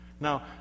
Now